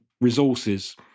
resources